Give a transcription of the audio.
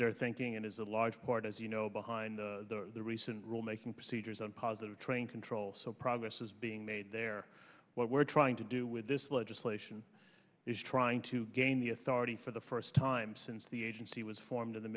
their thinking and is a large part as you know behind the recent rule making procedures and positive train control so progress is being made there what we're trying to do with this legislation is trying to gain the authority for the first time since the agency was formed in the